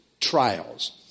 trials